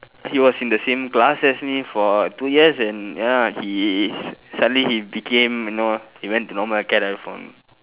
he was in the same class as me for two years and ya he s~ suddenly he became you know he went to normal acad and from